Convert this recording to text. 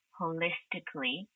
holistically